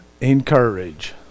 Encourage